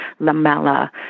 lamella